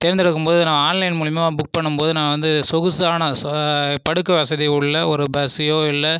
தேர்ந்து எடுக்கும் போது நான் ஆன்லைன் மூலிமா புக் பண்ணும் போது நான் வந்து சொகுசான படுக்கை வசதி உள்ள ஒரு பஸ்ஸையோ இல்லை